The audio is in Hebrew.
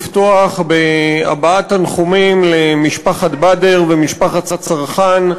לפתוח בהבעת תנחומים למשפחת בדר ולמשפחת סרחאן.